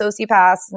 sociopaths